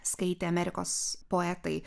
skaitė amerikos poetai